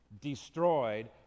destroyed